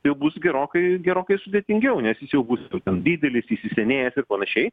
jau bus gerokai gerokai sudėtingiau nes jis jau bus jau ten didelis įsisenėjęs ir panašiai